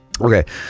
Okay